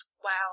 Wow